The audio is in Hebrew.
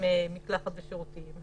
כולל מקלחת ושירותים,